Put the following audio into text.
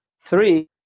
Three